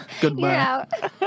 Goodbye